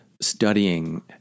Studying